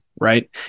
right